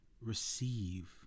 receive